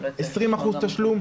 20% תשלום,